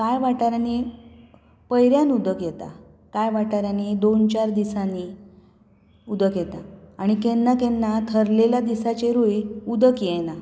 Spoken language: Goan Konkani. कांय वाठारांनी पयऱ्यान उदक येता कांय वाठारांनी दोन चार दिसांनीं उदक येता आनीक केन्ना केन्ना थरलेल्या दिसांचेरूय उदक येना